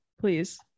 Please